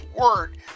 word